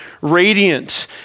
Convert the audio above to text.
radiant